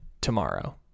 tomorrow